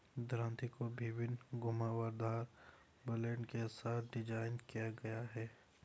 दरांती को विभिन्न घुमावदार ब्लेड के साथ डिज़ाइन किया गया है